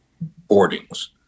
boardings